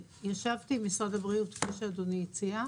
ישבתי עם משרד הבריאות, כפי שאדוני הציע.